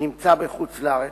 נמצא בחוץ-לארץ,